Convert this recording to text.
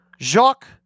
Jacques